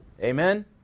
Amen